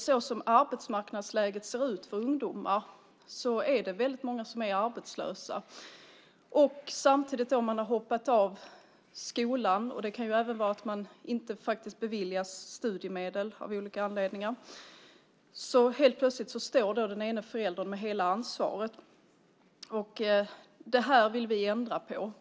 Som arbetsmarknadsläget ser ut för ungdomar är det väldigt många som är arbetslösa. Har de samtidigt hoppat av skolan - det kan även bero på att man faktiskt inte har beviljats studiemedel av olika anledningar - står den ena föräldern helt plötsligt med hela ansvaret. Det vill vi ändra på.